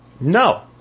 No